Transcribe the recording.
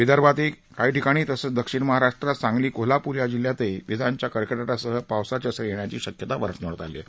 विदर्भातही काही ठिकाणी तसंच दक्षिण महाराष्ट्रात सांगली कोल्हापूर या जिल्ह्यातही विजांच्या कडकडाटासह पावसाच्या सरी येण्याची शक्यता वेधशाळेनं वर्तवली आहे